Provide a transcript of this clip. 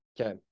Okay